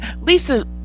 Lisa